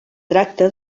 tracta